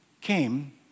came